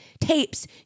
Tapes